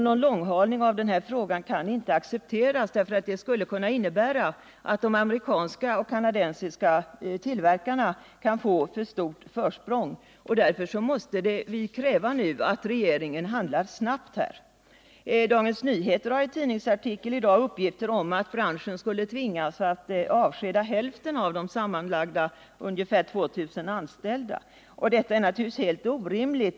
Någon långhalning av den här frågan kan inte accepteras, eftersom det skulle kunna innebära att de amerikanska och kanadensiska tillverkarna kunde få alltför stort försprång. Därför måste vi kräva att regeringen handlar snabbt. Dagens Nyheter har i en tidningsartikel i dag uppgifter om att branschen tvingas avskeda hälften av de sammanlagt ungefär 2 000 anställda. Detta är naturligtvis helt orimligt.